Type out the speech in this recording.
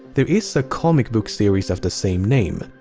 there is a comic book series of the same name.